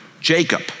Jacob